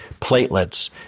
platelets